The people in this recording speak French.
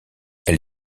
elle